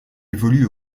évolue